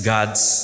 God's